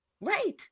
right